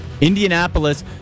Indianapolis